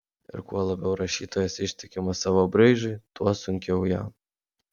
ir kuo labiau rašytojas ištikimas savo braižui tuo sunkiau jam